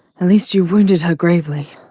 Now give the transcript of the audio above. at least you wounded her gravely.